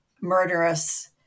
murderous